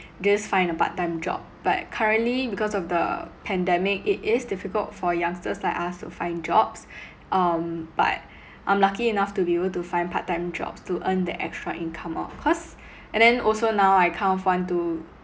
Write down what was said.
just find a part time job but currently because of the pandemic it is difficult for youngsters like us to find jobs um but I'm lucky enough to be able to find part time jobs to earn that extra income lor cause and then also now I can't find to